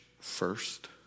first